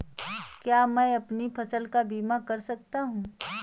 क्या मैं अपनी फसल का बीमा कर सकता हूँ?